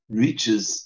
reaches